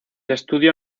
estudio